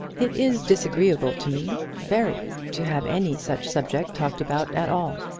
it is disagreeable to me very, to have any such subject talked about at all.